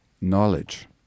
knowledge